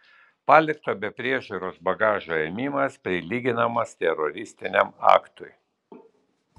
palikto be priežiūros bagažo ėmimas prilyginamas teroristiniam aktui